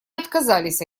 отказались